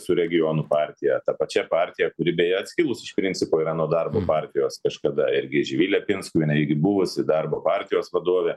su regionų partija ta pačia partija kuri beje atskilus iš principo yra nuo darbo partijos kažkada irgi živilė pinskuvienė buvusi darbo partijos vadovė